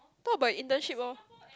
talk about internship loh